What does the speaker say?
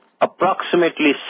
approximately